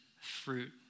fruit